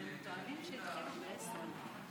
הם מנקים את המיקרופון?